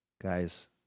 Guys